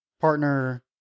partner